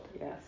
yes